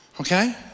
okay